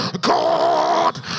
God